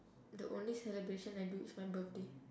the only celebration I do is my birthday